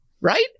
Right